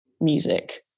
music